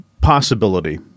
possibility